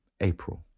April